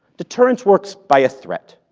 deterrence works by a threat.